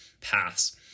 paths